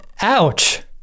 ouch